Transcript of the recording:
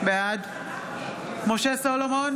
בעד משה סולומון,